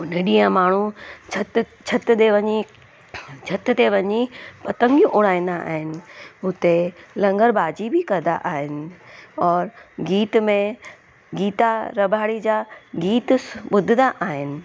हुन ॾींहं माण्हू छिति छिति दे वञी छिति ते वञी पतंगियूं उड़ाईंदा आहिनि हुते लंगरबाजी बि कंदा आहिनि और गीत में गीता रभाड़ी जा गीत ॿुधंदा आहिनि